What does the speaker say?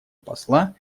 посла